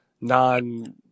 non